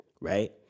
Right